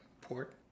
port